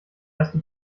erste